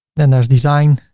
then there's design,